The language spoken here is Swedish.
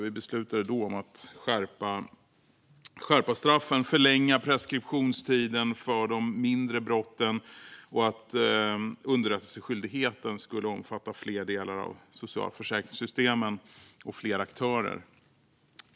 Vi beslutade då att skärpa straffen och förlänga preskriptionstiden för de mindre brotten och att underrättelseskyldigheten skulle omfatta fler delar av socialförsäkringssystemen och fler aktörer.